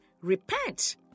Repent